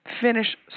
Finish